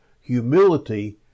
humility